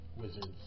wizards